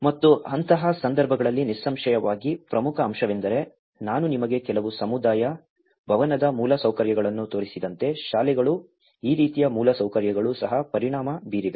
ಮತ್ತು ಅಂತಹ ಸಂದರ್ಭಗಳಲ್ಲಿ ನಿಸ್ಸಂಶಯವಾಗಿ ಪ್ರಮುಖ ಅಂಶವೆಂದರೆ ನಾನು ನಿಮಗೆ ಕೆಲವು ಸಮುದಾಯ ಭವನದ ಮೂಲಸೌಕರ್ಯಗಳನ್ನು ತೋರಿಸಿದಂತೆ ಶಾಲೆಗಳು ಈ ರೀತಿಯ ಮೂಲಸೌಕರ್ಯಗಳು ಸಹ ಪರಿಣಾಮ ಬೀರಿವೆ